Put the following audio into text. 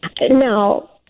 No